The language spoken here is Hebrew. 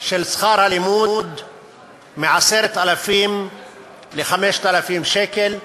של שכר הלימוד מ-10,000 שקל ל-5,000 שקל,